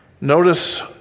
Notice